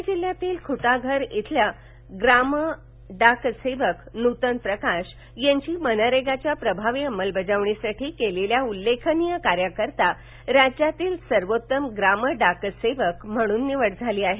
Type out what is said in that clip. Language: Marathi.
ठाणे जिल्ह्यातील खुधिर इथल्या ग्राम डाकसेवक नुतन प्रकाश यांची मनरेगाच्या प्रभावी अंमलबजाणीसाठी केलेल्या उल्लेखनीय कार्यासाठी राज्यातील सर्वोत्तम ग्राम डाकसेवक म्हणून निवड झाली आहे